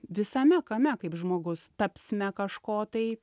visame kame kaip žmogus tapsme kažko tai